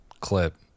clip